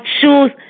choose